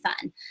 fun